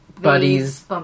Buddies